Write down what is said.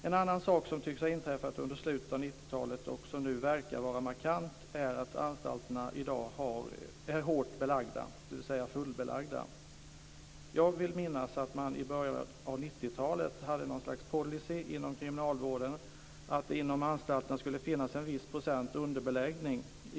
En annan sak som tycks ha inträffat under slutet av 90-talet och som nu verkar vara markant är att anstalterna i dag är hårt belagda, dvs. fullbelagda. Jag vill minnas att man i början av 90-talet hade någon slags policy inom kriminalvården att det skulle finnas en viss procents underbeläggning inom anstalterna.